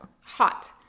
hot